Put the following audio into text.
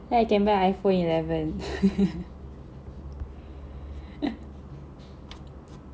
then I can buy Iphone eleven